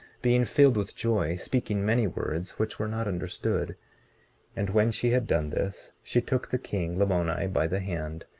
being filled with joy, speaking many words which were not understood and when she had done this, she took the king, lamoni, by the hand,